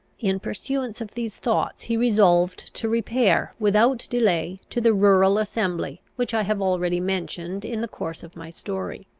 in pursuance of these thoughts he resolved to repair, without delay, to the rural assembly which i have already mentioned in the course of my story.